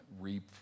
reap